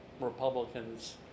Republicans